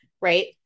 Right